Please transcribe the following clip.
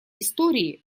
истории